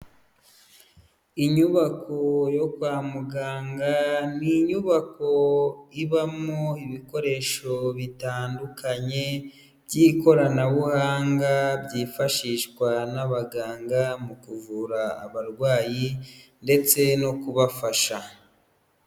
Inyubako yo kwa muganga, ni inyubako ibamo ibikoresho bitandukanye by'ikoranabuhanga, byifashishwa n'abaganga mu kuvura abarwayi ndetse no kubafasha.